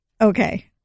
okay